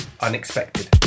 unexpected